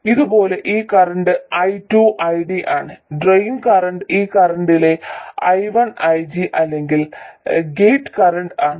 അതുപോലെ ഈ current I2 ID ആണ് ഡ്രെയിൻ കറന്റ് ഈ കറൻറ്റിലെ I1 IG അല്ലെങ്കിൽ ഗേറ്റ് കറന്റ് ആണ്